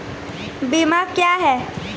बीमा क्या हैं?